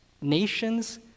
nations